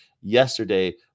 Yesterday